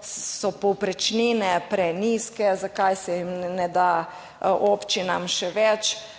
so povprečnine prenizke, zakaj se jim ne da, občinam še več?